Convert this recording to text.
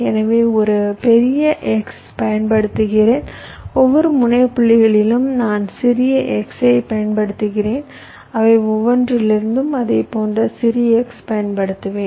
எனவே ஒரு பெரிய X பயன்படுத்துகிறேன் ஒவ்வொரு முனைய புள்ளிகளிலும் நான் சிறிய x பயன்படுத்துகிறேன் அவை ஒவ்வொன்றிலிருந்தும் அதைப் போன்ற சிறிய x பயன்படுத்துவேன்